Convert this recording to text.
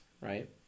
right